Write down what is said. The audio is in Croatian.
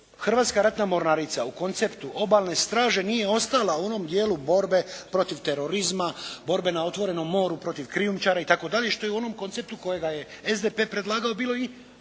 Hrvatska ratna mornarica u konceptu obalne straže nije ostala u onom dijelu borbe protiv terorizma, borbe na otvorenom moru protiv krijumčara itd. i što je u onom konceptu kojega je SDP predlagao bilo i